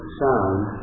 sound